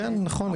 כן נכון,